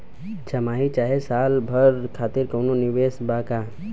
छमाही चाहे साल भर खातिर कौनों निवेश बा का?